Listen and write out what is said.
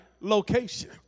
location